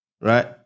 right